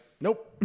nope